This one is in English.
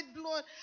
blood